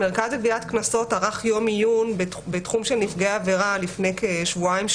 המרכז לגביית קנסות ערך יום עיון בתחום של נפגעי עבירה לפני כשבועיים,